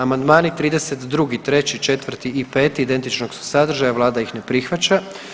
Amandmani 32., '3., '4. i '5. identičnog su sadržaja, vlada ih ne prihvaća.